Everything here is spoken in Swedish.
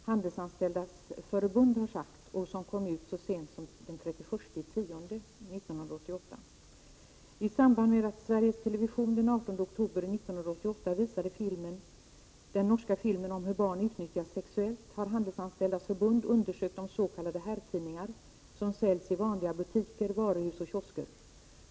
Herr talman! Jag skall bara citera några rader ur en skrivelse från Handelsanställdas förbund som kom så sent som den 31 oktober 1988. ”I samband med att Sveriges Television den 18 oktober 1988 visade” den norska ”filmer om hur barn utnyttjas sexuellt har Handelsanställdas förbund undersökt de sk ”herrtidningar', som säljs i vanliga butiker, varuhus och kiosker.